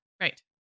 Right